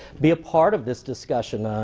be a part of this discussion.